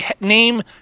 name